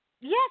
Yes